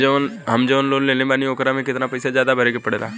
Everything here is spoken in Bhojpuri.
हम जवन लोन लेले बानी वोकरा से कितना पैसा ज्यादा भरे के पड़ेला?